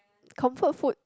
comfort food